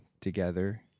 together